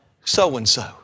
so-and-so